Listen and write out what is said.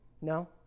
No